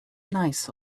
nice